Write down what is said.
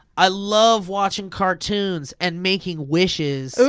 i love watching cartoons and making wishes. oo,